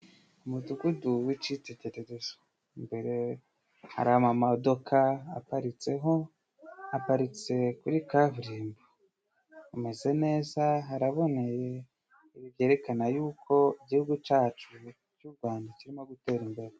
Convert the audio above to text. Umudugudu w'icitegererezo. Imbere hari amamodoka aparitseho, aparitse kuri kaburimbo. Hameze neza haraboneye, ibi byerekana yuko Igihugu cacu c'u Rwanda kirimo gutera imbere.